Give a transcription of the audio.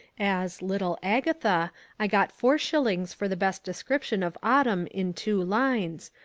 as little agatha i got four shillings for the best description of autumn in two lines,